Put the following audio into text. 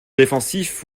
défensif